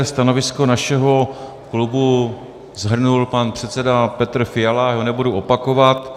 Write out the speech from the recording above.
Stanovisko našeho klubu shrnul pan předseda Petr Fiala, já ho nebudu opakovat.